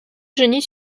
genix